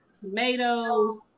tomatoes